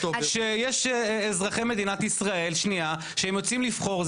אזרחי מדינת ישראל יוצאים לבחור,